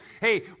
hey